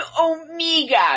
Omega